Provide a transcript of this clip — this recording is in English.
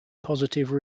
positive